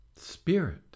spirit